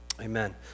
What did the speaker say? amen